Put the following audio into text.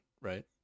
right